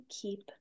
keep